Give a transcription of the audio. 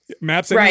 maps